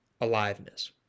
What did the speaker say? aliveness